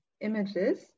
images